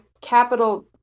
capital